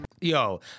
Yo